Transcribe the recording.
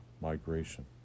migration